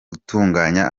gutunganya